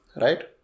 right